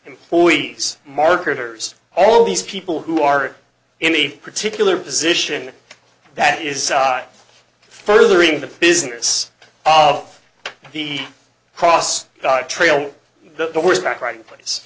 employees marketers all these people who are in a particular position that is furthering the business of the cross trail the horse back riding place